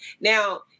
Now